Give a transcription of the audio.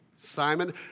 Simon